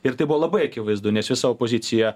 ir tai buvo labai akivaizdu nes visa opozicija